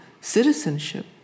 citizenship